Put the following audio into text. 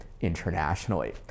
internationally